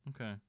Okay